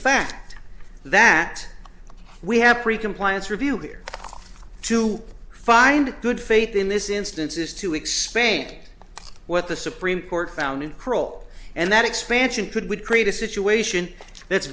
fact that we have three compliance review here to find good faith in this instance is to explain what the supreme court found in parole and that expansion could would create a situation that's